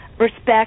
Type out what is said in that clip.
Respect